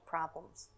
Problems